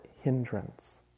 hindrance